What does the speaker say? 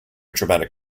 dramatic